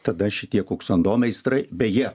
tada šitie kuksando meistrai beje